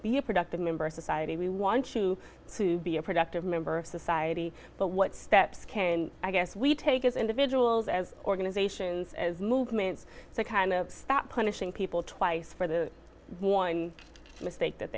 be a productive member of society we want you to be a productive member of society but what steps can i guess we take as individuals as organizations as movements to kind of fat punishing people twice for the one mistake